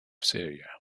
syria